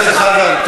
בשם הרשויות.